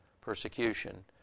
persecution